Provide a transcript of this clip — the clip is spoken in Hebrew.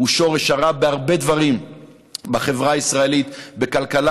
הוא שורש הרע בהרבה דברים בחברה הישראלית: בכלכלה,